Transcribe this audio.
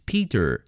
Peter